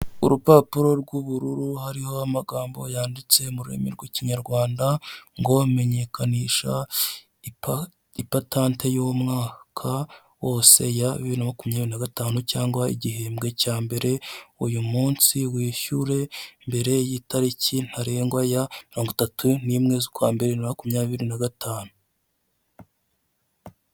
urupapuro rw'ubururu hariho amagambo yanditse mu rurimi rw'ikinyarwanda ngo menyeyekanisha ipatante y'u mwaka wose ya bibiri na makumyabiri nagatanu cyangwa igihembwe cya mbere uyu munsi wishyure mbere y'itariki ntarengwa ya mirongo itatu n'imwe z'ukwa mbere bibiri na makumyabiri na gatanu.